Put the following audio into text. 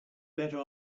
better